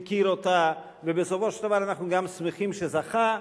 ויש להזכיר שהם גם אזרחים צרפתים,